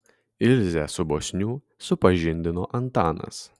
ilzę su bosniu supažindino antanas